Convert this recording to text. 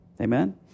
Amen